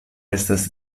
estas